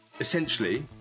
essentially